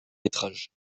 métrage